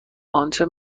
انچه